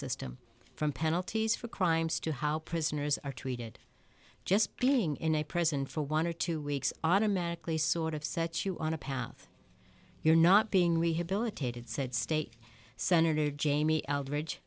system from penalties for crimes to how prisoners are treated just being in a prison for one or two weeks automatically sort of sets you on a path you're not being rehabilitated said state sen jamie eldridge